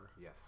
Yes